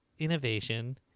Innovation